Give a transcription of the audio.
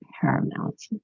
paramount